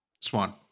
Swan